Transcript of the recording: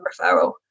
referral